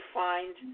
find